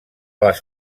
les